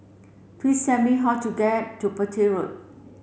please said me how to get to Petir Road